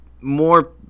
more